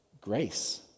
grace